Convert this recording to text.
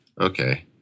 Okay